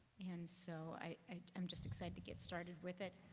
an, so i um just excited to get started with it.